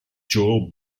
joel